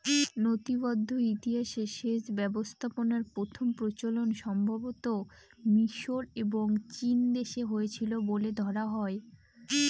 নথিবদ্ধ ইতিহাসে সেচ ব্যবস্থাপনার প্রথম প্রচলন সম্ভবতঃ মিশর এবং চীনদেশে হয়েছিল বলে ধরা হয়